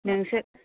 नोंसोर